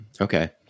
Okay